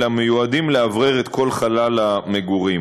אלא מיועדים לאוורר את כל חלל המגורים,